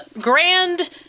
grand